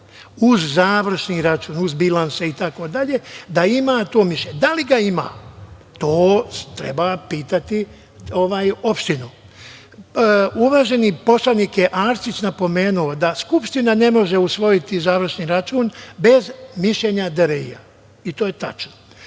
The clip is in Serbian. uz završni račun, uz bilanse itd. da ima to mišljenje. Da li ga ima? To treba pitati opštinu. Uvaženi poslanik Arsić je napomenuo da Skupština ne može usvojiti završni račun bez mišljenja DRI i to je tačno.